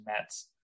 Mets